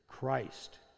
Christ